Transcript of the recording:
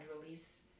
release